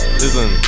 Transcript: listen